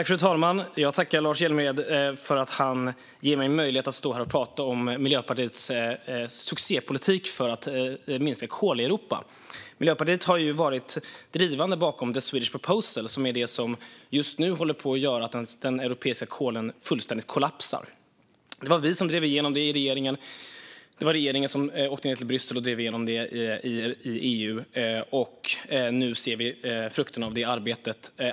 Fru talman! Jag tackar Lars Hjälmered för att han ger mig möjlighet att tala om Miljöpartiets succépolitik för att minska kol i Europa. Miljöpartiet har ju varit drivande bakom The Swedish Proposal, som just nu håller på att göra att den europeiska kolenergin fullständigt kollapsar. Det var vi som drev igenom det i regeringen, och regeringen åkte ned till Bryssel och drev igenom det i EU. Nu ser vi frukterna av det arbetet.